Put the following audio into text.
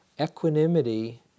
Equanimity